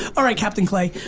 all right captain clay,